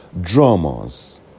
dramas